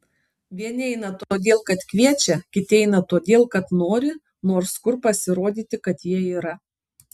vieni eina todėl kad kviečia kiti eina todėl kad nori nors kur pasirodyti kad jie yra